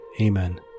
Amen